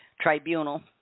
tribunal